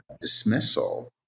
dismissal